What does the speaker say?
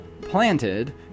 planted